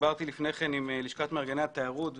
דיברתי לפני כן עם לשכת מארגני התיירות.